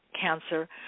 cancer